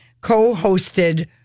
co-hosted